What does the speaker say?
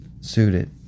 suited